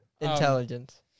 Intelligence